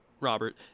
Robert